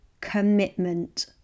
commitment